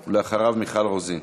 אחריו, מיכל רוזין.